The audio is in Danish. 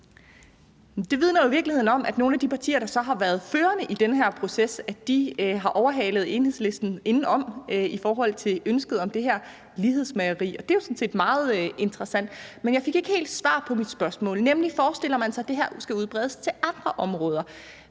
Det vidner jo i virkeligheden om, at nogle af de partier, der så har været førende i den her proces, har overhalet Enhedslisten indenom i forhold til ønsket om det her lighedsmageri, og det er jo sådan set meget interessant. Men jeg fik ikke helt svar på mit spørgsmål, nemlig om man forestiller sig, at det her skal udbredes til andre områder.